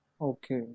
Okay